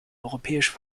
europäische